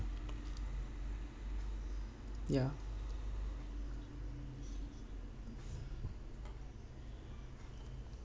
ya